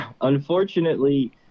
unfortunately